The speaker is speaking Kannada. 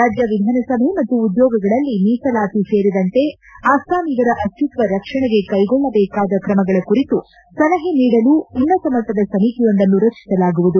ರಾಜ್ಯ ವಿಧಾನಸಭೆ ಮತ್ತು ಉದ್ಯೋಗಗಳಲ್ಲಿ ಮೀಸಲಾತಿ ಸೇರಿದಂತೆ ಅಸ್ವಾಮಿಗರ ಅಸ್ತಿತ್ವ ರಕ್ಷಣೆಗೆ ಕೈಗೊಳ್ಳಜೇಕಾದ ಕ್ರಮಗಳ ಕುರಿತು ಸಲಹೆ ನೀಡಲು ಉನ್ನತ ಮಟ್ಟದ ಸಮಿತಿಯೊಂದನ್ನು ರಚಿಸಲಾಗುವುದು